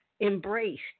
embraced